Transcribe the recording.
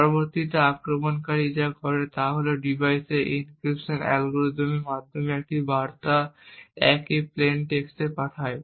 পরবর্তীতে আক্রমণকারী যা করে তা হল যে সে ডিভাইসে একই এনক্রিপশন অ্যালগরিদমের মাধ্যমে একই বার্তা একই প্লেইন টেক্সট পাঠায়